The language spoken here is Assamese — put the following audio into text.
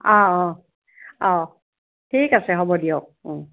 অঁ অঁ অঁ ঠিক আছে হ'ব দিয়ক অঁ